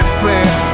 prayer